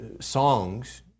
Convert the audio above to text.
songs